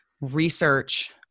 research